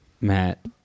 Matt